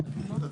טוב.